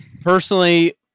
Personally